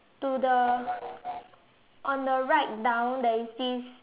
to the on the right down there is this